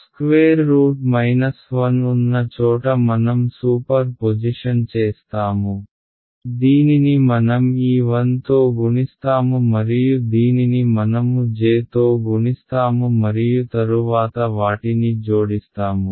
√ 1 ఉన్న చోట మనం సూపర్ పొజిషన్ చేస్తాము దీనిని మనం ఈ 1 తో గుణిస్తాము మరియు దీనిని మనము j తో గుణిస్తాము మరియు తరువాత వాటిని జోడిస్తాము